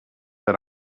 that